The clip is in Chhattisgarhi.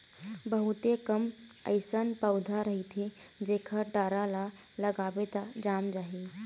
बहुते कम अइसन पउधा रहिथे जेखर डारा ल लगाबे त जाम जाही